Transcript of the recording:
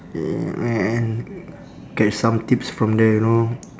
yeah man get some tips from there you know